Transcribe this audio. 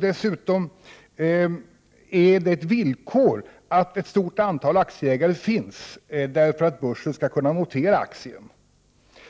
Dessutom är det ett villkor att ett stort antal aktieägare finns för att börsen skall kunna notera aktien.